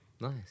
nice